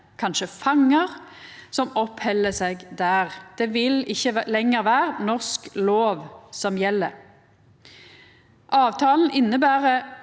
og med fangar – som oppheld seg der. Det vil ikkje lenger vera norsk lov som gjeld. Avtalen inneber